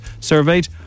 surveyed